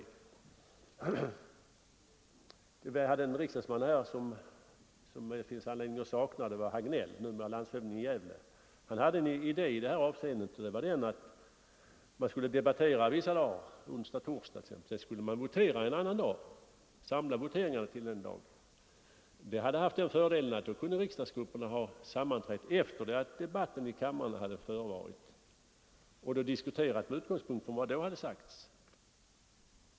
För en tid sedan hade vi en ledamot av kammaren som vi nu har anledning att sakna, numera landshövding i Gävle, och han hade en idé i det här sammanhanget, nämligen den att vi skulle debattera vissa dagar, t.ex. onsdag och torsdag, och votera en annan dag. Vi skulle alltså samla voteringarna till en och samma dag. Det skulle ha den fördelen att riksdagsgrupperna då kunde ha sammanträde efter det att debatterna i kammaren hade förevarit och då diskutera med utgångspunkt från vad som sagts i kammaren.